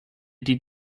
die